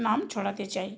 নাম ছড়াতে চাই